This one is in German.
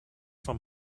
von